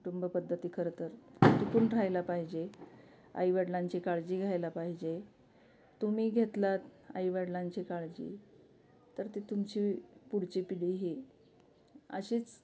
कुटुंब पद्धती खरं तर टिकून राहायला पाहिजे आईवडलांची काळजी घ्यायला पाहिजे तुम्ही घेतलात आईवडलांची काळजी तर ती तुमची पुढची पिढी ही अशीच